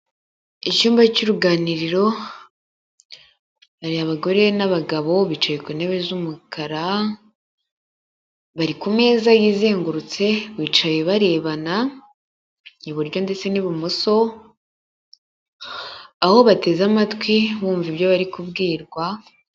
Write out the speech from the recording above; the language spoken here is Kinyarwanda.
Icyumba cy'uruganiriro hari abagore n'abagabo bicaye ku ntebe z'umukara, bari ku meza yizengurutse bicaye barebana iburyo ndetse n'ibumoso, aho bateze amatwi bumva ibyo bari kubwirwa.